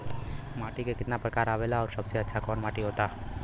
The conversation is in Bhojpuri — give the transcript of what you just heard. माटी के कितना प्रकार आवेला और सबसे अच्छा कवन माटी होता?